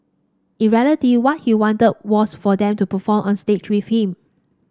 in reality what he wanted was for them to perform on stage with him